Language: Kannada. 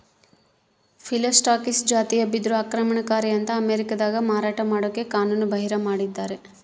ಫಿಲೋಸ್ಟಾಕಿಸ್ ಜಾತಿಯ ಬಿದಿರು ಆಕ್ರಮಣಕಾರಿ ಅಂತ ಅಮೇರಿಕಾದಾಗ ಮಾರಾಟ ಮಾಡಕ ಕಾನೂನುಬಾಹಿರ ಮಾಡಿದ್ದಾರ